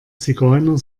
zigeuner